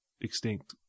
extinct